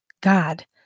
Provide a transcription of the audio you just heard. God